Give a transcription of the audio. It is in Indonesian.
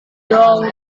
turun